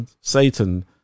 Satan